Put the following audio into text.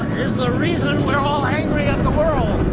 is the reason we're all angry at the world.